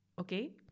okay